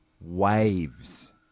waves